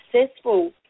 successful